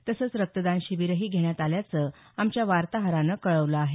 तसंच रक्तदान शिबीरही घेण्यात आल्याचं आमच्या वार्ताहरानं कळवलं आहे